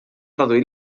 reduir